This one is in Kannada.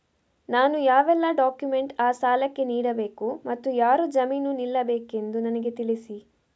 ನಾನು ಯಾವೆಲ್ಲ ಡಾಕ್ಯುಮೆಂಟ್ ಆ ಸಾಲಕ್ಕೆ ನೀಡಬೇಕು ಮತ್ತು ಯಾರು ಜಾಮೀನು ನಿಲ್ಲಬೇಕೆಂದು ನನಗೆ ತಿಳಿಸಿ?